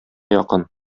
якын